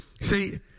See